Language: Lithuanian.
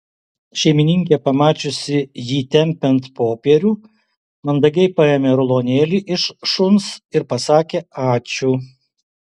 šeimininkė pamačiusi jį tempiant popierių mandagiai paėmė rulonėlį iš šuns ir pasakė ačiū